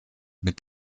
mit